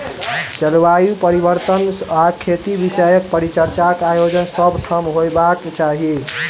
जलवायु परिवर्तन आ खेती विषयक परिचर्चाक आयोजन सभ ठाम होयबाक चाही